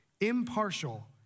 impartial